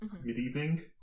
mid-evening